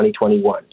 2021